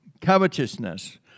covetousness